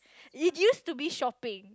it used to be shopping